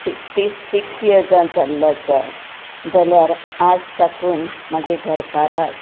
sixty six इयर्साचो जाल्लो आसा जाल्यार आज साकून मागे घरकारांक